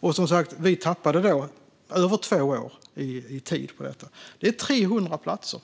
det blev. Vi tappade, som sagt, över två år i tid på detta. Det är 300 platser.